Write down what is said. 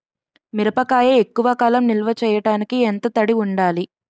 మిరపకాయ ఎక్కువ కాలం నిల్వ చేయటానికి ఎంత తడి ఉండాలి?